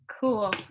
Cool